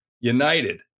United